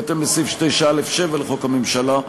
בהתאם לסעיף 9(א)(7) לחוק הממשלה,